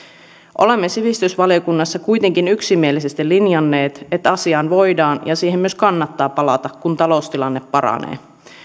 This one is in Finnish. olemme sivistysvaliokunnassa kuitenkin yksimielisesti linjanneet että asiaan voidaan ja siihen myös kannattaa palata kun taloustilanne paranee